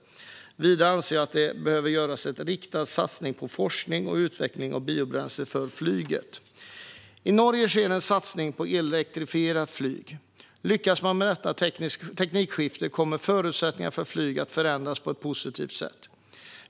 Vidare anser jag att det behöver göras en riktad satsning på forskning och utveckling av biobränslen för flyget. I Norge sker en satsning på elektrifierat flyg. Lyckas man med detta teknikskifte kommer förutsättningarna för flyget att förändras på ett positivt sätt.